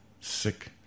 sick